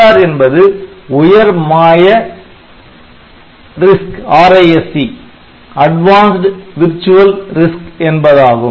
AVR என்பது உயர் மாய RISC என்பதாகும்